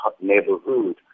neighborhood